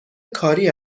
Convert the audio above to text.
کاری